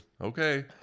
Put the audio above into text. okay